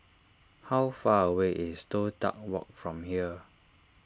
how far away is Toh Tuck Walk from here